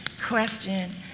question